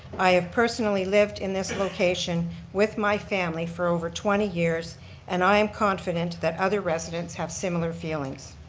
i have personally lived in this location with my family for over twenty years and i am confident that other residents have similar feelings.